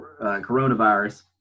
coronavirus